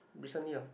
recently ah